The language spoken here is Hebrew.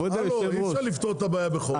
אי אפשר לפתור את הבעיה בחוק.